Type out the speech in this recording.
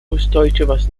устойчивость